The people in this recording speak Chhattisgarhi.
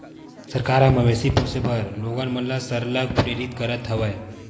सरकार ह मवेशी पोसे बर लोगन मन ल सरलग प्रेरित करत हवय